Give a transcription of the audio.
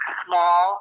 small